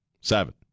Seven